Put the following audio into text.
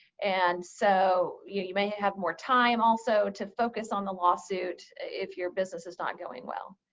and so, you may have more time also to focus on the lawsuit if your business is not going well.